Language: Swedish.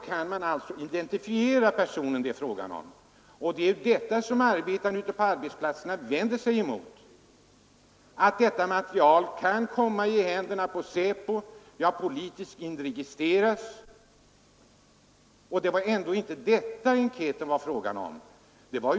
Man kan alltså identifiera den person som besvarat enkäten. Det är detta som arbetarna ute på arbetsplatserna vänder sig emot: att materialet kan komma i händerna på SÄPO och politiskt inregistreras. Det var ändå inte detta utredningen gällde enligt beslut av riksdagen den 28 oktober 1969.